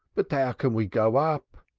but how can we go up?